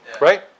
right